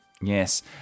Yes